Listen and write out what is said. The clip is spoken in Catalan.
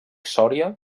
sòria